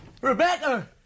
Rebecca